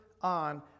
on